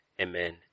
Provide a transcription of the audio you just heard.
amen